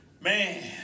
Man